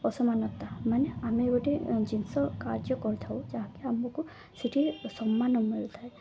ଅସମାନତା ମାନେ ଆମେ ଗୋଟେ ଜିନିଷ କାର୍ଯ୍ୟ କରିଥାଉ ଯାହାକି ଆମକୁ ସେଠି ସମ୍ମାନ ମିଳିୁଥାଏ